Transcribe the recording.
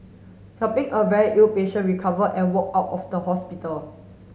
helping a very ill patient recover and walk out of the hospital